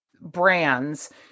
brands